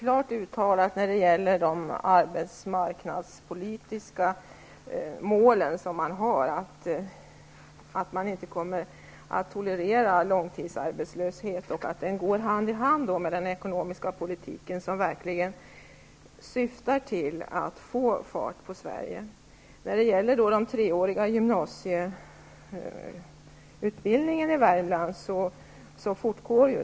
Herr talman! Regeringen har i sina arbetsmarknadspolitiska målsättningar klart uttalat att man inte kommer att tolerera långtidsarbetslöshet och att den skall gå hand i hand med den ekonomiska politiken, som verkligen syftar till att få fart på Sverige. De treåriga gymnasieutbildningarna i Värmland fortgår.